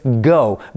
go